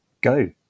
go